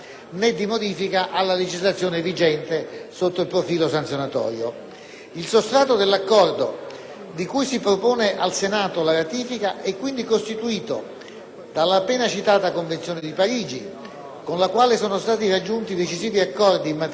di cui si propone al Senato la ratifica è quindi costituito dall'appena citata Convenzione di Parigi, con la quale sono stati raggiunti decisivi accordi in materia di disarmo, con il bando totale di un'intera categoria di armi di distruzione di massa (le armi chimiche).